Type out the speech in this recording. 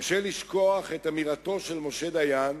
קשה לשכוח את אמירתו של משה דיין,